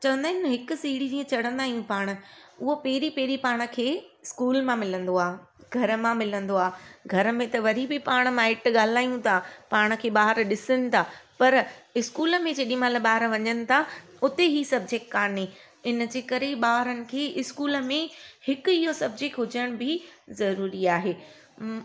चवंदा आहिनि न हिकु सिढ़ी जीअं चढ़ंदा आहियूं पाण हूअ पहिरीं पहिरीं पाण खे स्कूल मां मिलंदो आहे घर मां मिलंदो आहे घर में त वरी बि पाण माइटु ॻाल्हायूं था पाण खे ॿार ॾिसण था पर स्कूल में जेॾीमहिल ॿार वञनि था उते ई सब्जेक्ट कोन्हे इनजे करे ॿारनि खे स्कूल में हिक इहो सब्जेक्ट हुजनि बि ज़रूरी आहे